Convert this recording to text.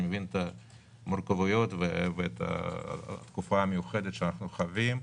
מבין את המורכבות ואת התקופה המיוחדת שאנחנו חווים.